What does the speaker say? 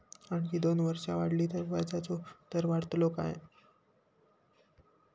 आणखी दोन वर्षा वाढली तर व्याजाचो दर वाढतलो काय?